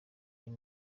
nari